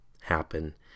happen